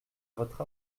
votre